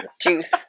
Juice